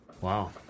Wow